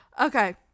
Okay